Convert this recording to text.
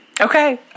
Okay